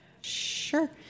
sure